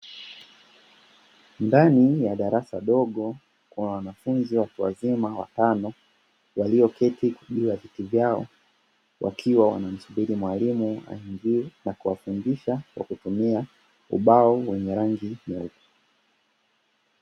Ndani ya darasa dogo kuna wanafunzi watu wazima watano walio keti juu ya viti vyao wakiwa wana msubiri mwalimu aingie na kuwafundisha kwa kutumia ubao wenye rangi nyeupe.